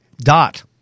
Dot